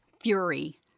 fury